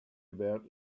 about